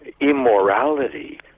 immorality